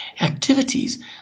activities